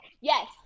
yes